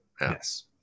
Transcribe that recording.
Yes